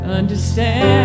understand